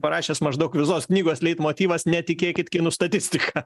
parašęs maždaug visos knygos leitmotyvas netikėkit kinų statistika